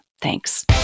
Thanks